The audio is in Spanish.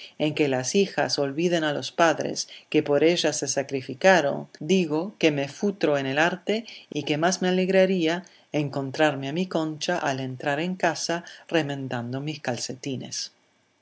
en que las hijas olviden a los padres que por ellas se sacrificaron digo que me futro en el arte y que más me alegraría encontrarme a mi concha al entrar en casa remendando mis calcetines